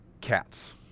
cats